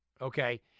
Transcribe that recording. Okay